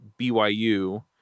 BYU